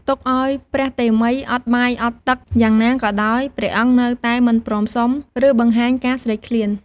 ទុកឱ្យព្រះតេមិយអត់បាយអត់ទឹកយ៉ាងណាក៏ដោយ ព្រះអង្គនៅតែមិនព្រមសុំ ឬបង្ហាញការស្រេកឃ្លាន។